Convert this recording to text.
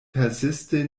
persiste